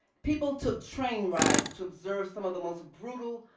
people took train rides to observe some of the most brutal,